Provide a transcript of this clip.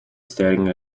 staring